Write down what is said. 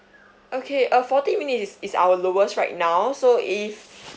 okay uh forty minutes is is our lowest right now so if